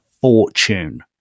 fortune